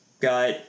got